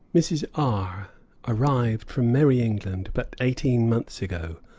mrs. r arrived from merrie england but eighteen months ago,